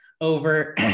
over